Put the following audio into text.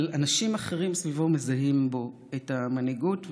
אבל אנשים אחרים סביבו מזהים בו את המנהיגות,